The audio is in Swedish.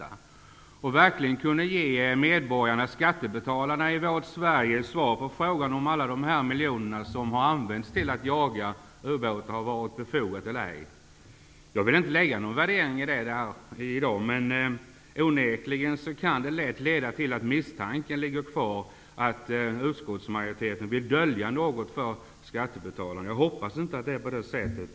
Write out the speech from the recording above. Den skulle verkligen kunna ge skattebetalarna i Sverige svar på frågan om huruvida alla de miljoner som har använts till att jaga ubåtar har varit befogade eller ej. Jag vill inte värdera det i dag, men att inte tillsätta en sådan kommission kan onekligen leda till att misstankar om att utskottsmajoriteten vill dölja någonting för skattebetalarna finns kvar. Jag hoppas att det inte är på det sättet.